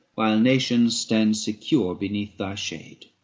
while nations stand secure beneath thy shade.